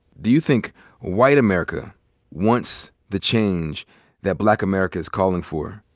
do you think white america wants the change that black america is calling for?